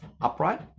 upright